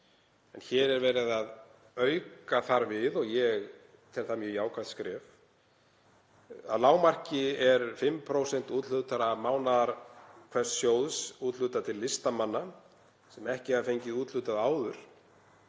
Hér er verið að auka þar við og ég tel það mjög jákvætt skref. Að lágmarki 5% úthlutaðra mánaða hvers sjóðs er úthlutað til listamanna sem ekki hafa fengið úthlutað áður.